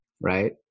right